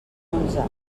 onze